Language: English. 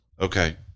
Okay